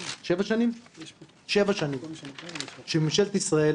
שבע שנים שממשלת ישראל